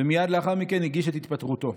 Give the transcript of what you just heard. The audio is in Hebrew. ומייד לאחר מכן הגיש אה התפטרותו.